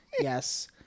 yes